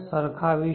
સરખાવીશું